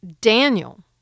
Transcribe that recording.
Daniel